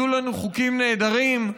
יהיו לנו חוקים נהדרים,